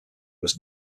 was